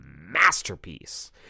masterpiece